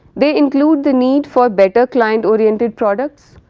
they include the need for better client oriented products,